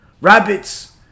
rabbits